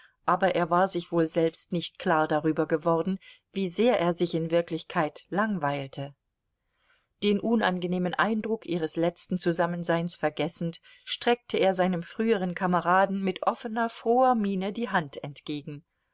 aber er war sich wohl selbst nicht klar darüber geworden wie sehr er sich in wirklichkeit langweilte den unangenehmen eindruck ihres letzten zusammenseins vergessend streckte er seinem früheren kameraden mit offener froher miene die hand entgegen